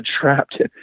trapped